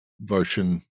version